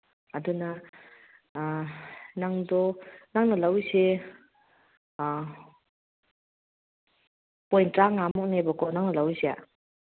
ꯑꯗꯨꯅ ꯅꯪꯗꯣ ꯅꯪꯅ ꯂꯧꯔꯤꯁꯦ ꯄꯣꯏꯟ ꯇꯔꯥꯉꯥꯃꯨꯛꯅꯦꯕꯀꯣ ꯅꯪꯅ ꯂꯧꯔꯤꯁꯦ